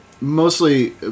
mostly